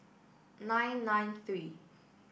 nine nine three